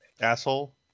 Asshole